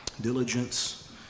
diligence